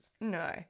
no